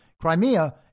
Crimea